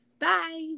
bye